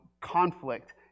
conflict